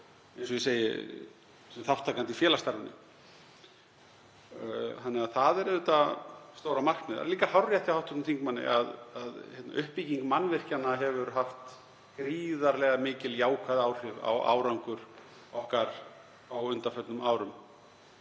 og sem þátttakandi í félagsstarfinu. Þannig að það er auðvitað stóra markmiðið og það er líka hárrétt hjá hv. þingmanni að uppbygging mannvirkjanna hefur haft gríðarlega mikil jákvæð áhrif á árangur okkar á undanförnum árum